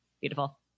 Beautiful